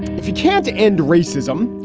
if you can't end racism,